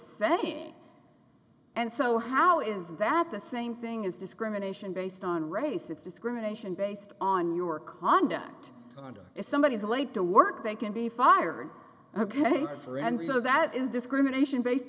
saying and so how is that the same thing as discrimination based on race it's discrimination based on your conduct conduct if somebody is late to work they can be fired ok friend so that is discrimination based